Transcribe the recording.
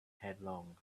headlong